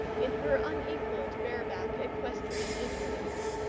in her unequalled bareback equestrian interlude.